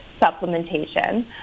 supplementation